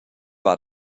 war